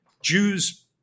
Jews